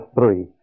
three